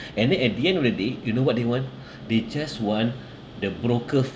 and then at the end of the day you know what you want they just want the broker